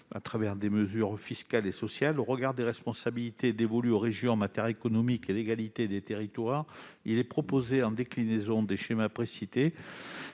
ruraux des mesures fiscales et sociales. Au regard des responsabilités dévolues aux régions en matière économique et d'égalité des territoires, il est proposé, en déclinaison des SRDEII et